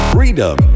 Freedom